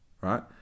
right